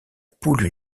poule